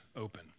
open